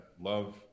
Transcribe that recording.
love